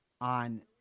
on